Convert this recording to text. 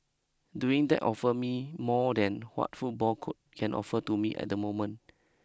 doing that offer me more than what football could can offer to me at the moment